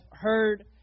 heard